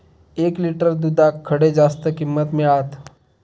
एक लिटर दूधाक खडे जास्त किंमत मिळात?